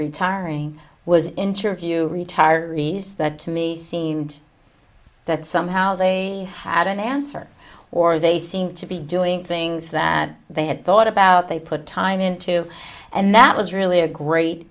retiring was interview retirees that to me seemed that somehow they had an answer or they seemed to be doing things that they had thought about they put time into and that was really a great